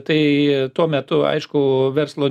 tai tuo metu aišku verslo